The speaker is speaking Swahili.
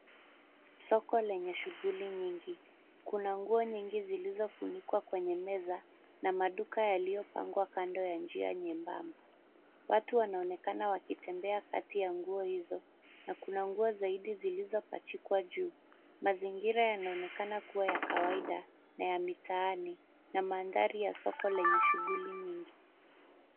Soko lenye shughuli nyingi. Kuna nguo nyingi zilizofunikwa kwenye meza na maduka yaliyopangwa kando ya njia nyembamba. Watu wanaonekana wakitembea kati ya nguo hizo na kuna nguo zaidi zilizopachikwa juu. Mazingira yanaonekana kuwa ya kawaida na ya mitaani na mandhari ya soko lenye shughuli nyingi.